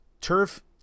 turf